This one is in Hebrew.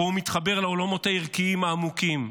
שבו הוא מתחבר לעולמות הערכיים העמוקים.